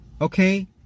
Okay